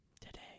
Today